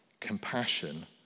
Compassion